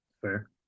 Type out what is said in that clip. Fair